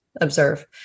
observe